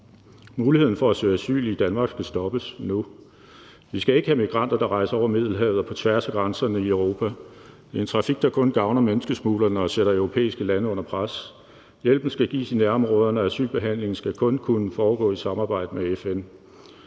Muligheden for at søge asyl i Danmark skal stoppes nu. Vi skal ikke have migranter, der rejser over Middelhavet og på tværs af grænserne i Europa – en trafik, der kun gavner menneskesmuglerne og sætter europæiske lande under pres. Hjælpen skal gives i nærområderne, og asylbehandling skal kun kunne foregå i samarbejde med FN.